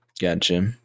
gotcha